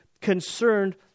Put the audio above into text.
concerned